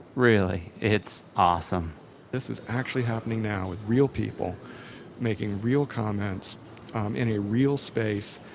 really, it's awesome this is actually happening now, with real people making real comments in a real space,